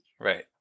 Right